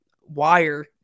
wire